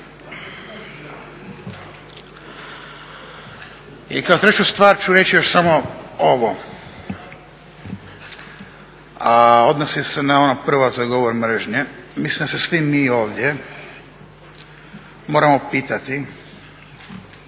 I kao treću stvar ću reći još samo ovo a odnosi se na ono prvo a to je govor mržnje. Mislim da se svi mi ovdje moramo pitati